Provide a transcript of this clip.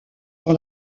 dans